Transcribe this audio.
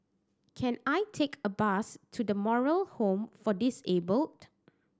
can I take a bus to The Moral Home for Disabled